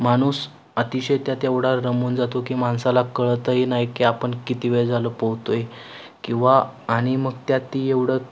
माणूस अतिशय त्यात एवढा रमून जातो की माणसाला कळतही नाही की आपण किती वेळ झालं पोहतो आहे किंवा आणि मग त्यात ती एवढं